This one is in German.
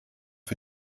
für